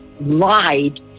lied